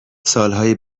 سالهای